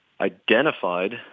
identified